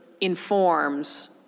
informs